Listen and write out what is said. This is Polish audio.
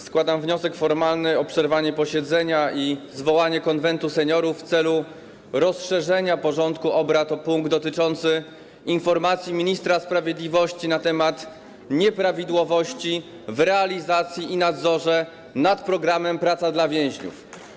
Składam wniosek formalny o przerwanie posiedzenia i zwołanie Konwentu Seniorów w celu rozszerzenia porządku obrad o punkt dotyczący informacji ministra sprawiedliwości na temat nieprawidłowości w realizacji programu „Praca dla więźniów” i nadzorze nad nim.